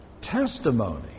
testimony